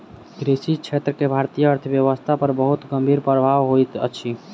कृषि क्षेत्र के भारतीय अर्थव्यवस्था पर बहुत गंभीर प्रभाव होइत अछि